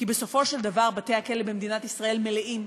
כי בסופו של דבר בתי-הכלא במדינת ישראל מלאים,